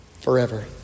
Forever